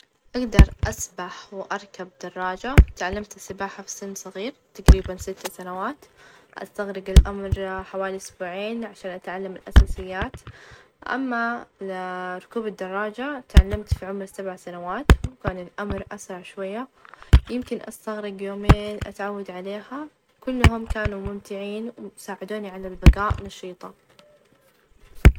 أقدر أسبح، وأركب دراجة ،تعلمت السباحة في سن صغير تقريبًا ستة سنوات، استغرق الأمر حوالي أسبوعين عشان أتعلم الأساسيات، أما -ل- لركوب الدراجة تعلمت في عمر سبع سنوات، وكان الأمر أسرع شوية، يمكن استغرق يومين اتعود عليها، كلهم كانوا ممتعين، وساعدوني على البقاء نشيطة.